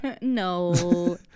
No